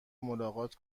ملاقات